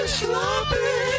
sloppy